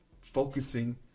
focusing